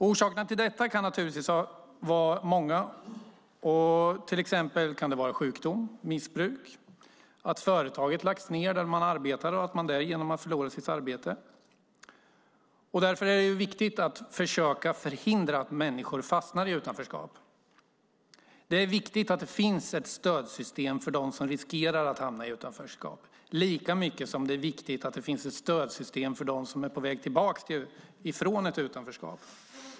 Orsakerna till det kan vara många. Det kan vara sjukdom eller missbruk. Företaget där man arbetat kanske har lagts ned och därigenom har man förlorat sitt arbete. Det är viktigt att försöka förhindra att människor hamnar i utanförskap. Det är viktigt att det finns ett stödsystem för dem som riskerar att hamna i utanförskap. Det är också viktigt att det finns ett stödsystem för dem som är på väg tillbaka från ett utanförskap.